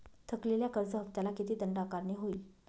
थकलेल्या कर्ज हफ्त्याला किती दंड आकारणी होईल?